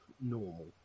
normal